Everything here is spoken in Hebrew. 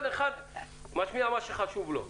כל אחד משמיע מה שחשוב לו.